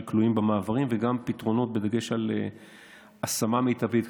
כלואים במעברים וגם פתרונות בדגש על השמה מיטבית,